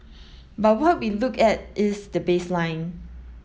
but what we look at is the baseline